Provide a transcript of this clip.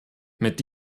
mit